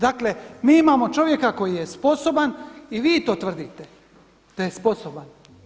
Dakle, mi imamo čovjeka koji je sposoban i vi to tvrdite da je sposoban.